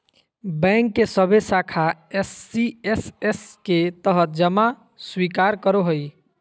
bank के सभे शाखा एस.सी.एस.एस के तहत जमा स्वीकार करो हइ